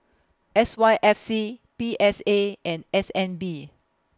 S Y F C P S A and S N B